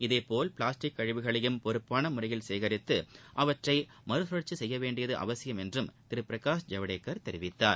இதேபோன்று பிளாஸ்டிக் கழிவுகளையும் பொறுப்பான முறையில் சேகரித்து அவற்றை மறுசுழற்சி செய்ய வேண்டியது அவசியம் என்றும் திரு பிரகாஷ் ஜவ்டேகர் தெரிவித்தார்